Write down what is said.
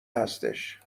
هستش